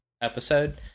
episode